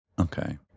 okay